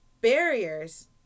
barriers